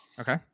okay